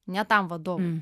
ne tam vadovui